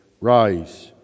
Rise